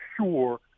sure